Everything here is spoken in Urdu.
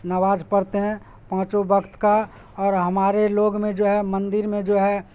نماز پڑھتے ہیں پانچوں وقت کا اور ہمارے لوگ میں جو ہے مندر میں جو ہے